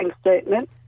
statement